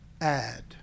add